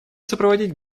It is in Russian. сопроводить